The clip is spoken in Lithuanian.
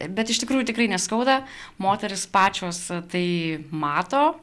bet iš tikrųjų tikrai neskauda moterys pačios tai mato